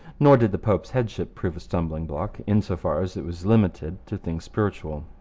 nor did the pope's headship prove a stumbling-block in so far as it was limited to things spiritual.